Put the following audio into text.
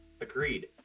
Agreed